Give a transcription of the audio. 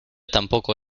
tampoco